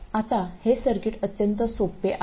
आता हे सर्किट अत्यंत सोपे आहे